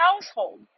household